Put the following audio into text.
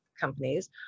companies